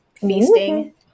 feasting